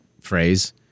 phrase